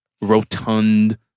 rotund